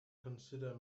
consider